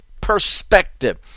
perspective